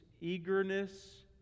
eagerness